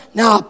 now